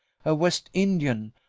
a west indian,